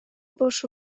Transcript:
бош